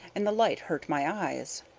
and the light hurt my eyes.